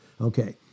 Okay